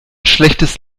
schlechtes